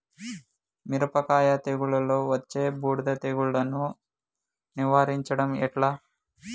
మిరపకాయ తెగుళ్లలో వచ్చే బూడిది తెగుళ్లను నివారించడం ఎట్లా?